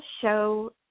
show